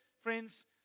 friends